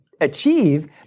achieve